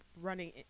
running